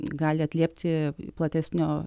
gali atliepti platesnio